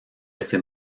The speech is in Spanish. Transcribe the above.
ese